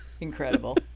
incredible